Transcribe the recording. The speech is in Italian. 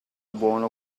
buono